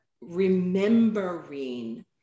remembering